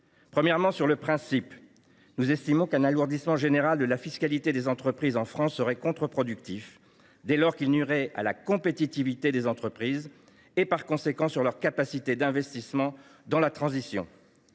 point de vue du principe, nous estimons qu’un alourdissement de la fiscalité des entreprises en France serait contre productif, dès lors qu’il nuirait à la compétitivité des entreprises, donc à leur capacité d’investissement dans la transition.